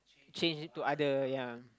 change it to other ya